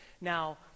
Now